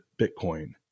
Bitcoin